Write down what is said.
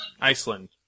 Iceland